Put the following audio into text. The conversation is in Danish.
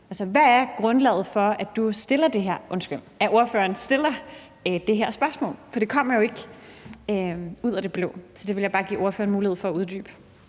hvad er grundlaget for, at ordføreren stiller det her spørgsmål? For det kommer jo ikke ud af det blå. Det vil jeg bare give ordføreren mulighed for at uddybe.